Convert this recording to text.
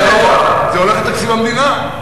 זה הולך לתקציב המדינה.